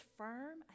firm